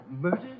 Murdered